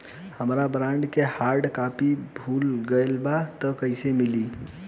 हमार बॉन्ड के hard copy भुला गएलबा त कैसे मिली?